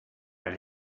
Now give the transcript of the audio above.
alle